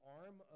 arm